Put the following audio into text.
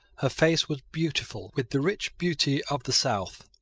her face was beautiful with the rich beauty of the south,